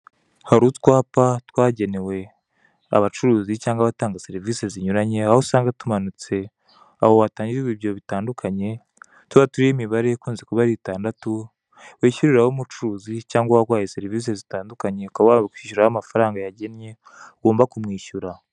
Hari utwapa twagenewe abacuruzi cyangwa abatanga serivise zinyuranye, aho usanga tumanitse aho hatangirwa ibyo butandukanye, tuba turiho imibare ikunze kuba ari itandatu wishyuriraho umucuruzi cyangwa uwaguhaye serivise zitandukanye, ukaba wakwishyuriraho amafaranga yagennye ugomba kumwishyura.